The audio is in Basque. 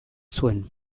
zuen